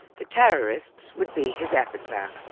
the terrorists would be his epitaph,